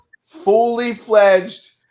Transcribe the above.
fully-fledged